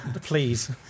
Please